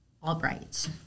Albright